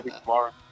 Tomorrow